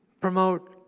promote